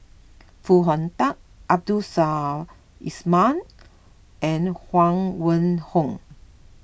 Foo Hong Tatt Abdul Samad Ismail and Huang Wenhong